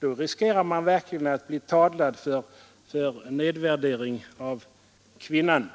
Där riskerar man verkligen att bli tadlad för nedvärdering av kvinnan.